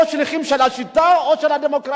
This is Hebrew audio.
או שליחים של השיטה, או של הדמוקרטיה?